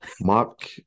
Mark